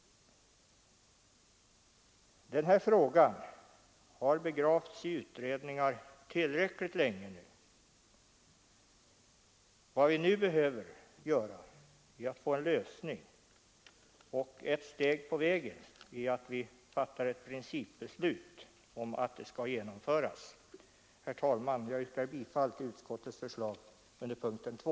Den här frågan har begravts i utredningar tillräckligt länge nu. Vad vi behöver är en lösning och ett steg på vägen vore att fatta ett principbeslut om att försäkringen skall genomföras. Herr talman! Jag yrkar bifall till utskottets förslag under punkten 2.